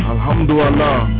Alhamdulillah